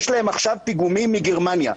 יש להם עכשיו פיגומים מגרמניה,